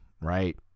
right